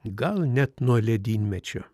gal net nuo ledynmečio